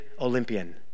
Olympian